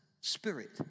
spirit